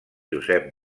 josep